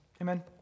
Amen